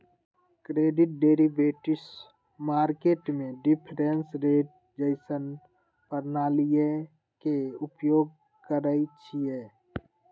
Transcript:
credit derivatives market में difference rate जइसन्न प्रणालीइये के उपयोग करइछिए